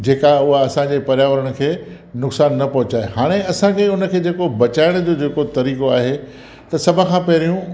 जेका उहा असांजे पर्यावरण खे नुक़सान न पहुचाए हाणे असांखे उन खे जेको बचाइण जो जेको तरीक़ो आहे त सभ खां पहिरियों